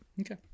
Okay